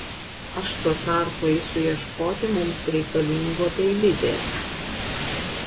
aš tuo tarpu eisiu ieškoti mums reikalingo dailidės